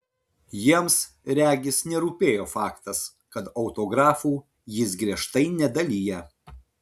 jiems regis nerūpėjo faktas kad autografų jis griežtai nedalija